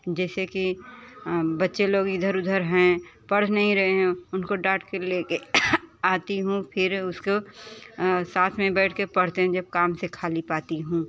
जैसे कि बच्चे लोग इधर उधर हैं पढ़ नहीं रहे हैं उनको डांट के लेके आती हूँ फिर उसको साथ में बैठ के पढ़ते हैं जब काम से खाली पाती हूँ